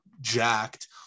jacked